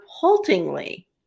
haltingly